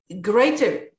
greater